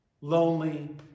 lonely